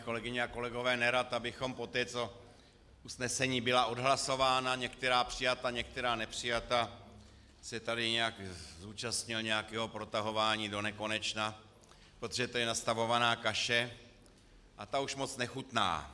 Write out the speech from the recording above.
Kolegyně a kolegové, nerad bych poté, co usnesení byla odhlasována, některá přijata, některá nepřijata, se tady zúčastnil nějakého protahování donekonečna, protože to je nastavovaná kaše a ta už moc nechutná.